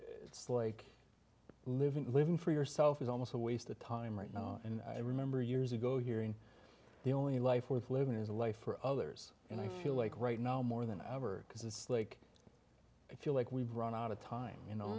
it's like living living for yourself is almost a waste of time right now and i remember years ago hearing the only life worth living is a life for others and i feel like right now more than ever because it's like i feel like we've run out of time you know